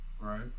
Right